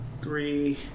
Three